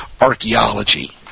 archaeology